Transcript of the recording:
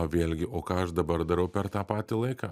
vėlgi o ką aš dabar darau per tą patį laiką